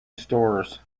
stores